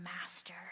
master